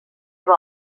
seva